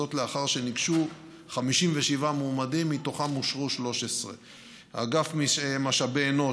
וזאת לאחר שניגשו 57 מועמדים ומהם אושרו 13. אגף משאבי אנוש